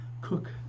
cook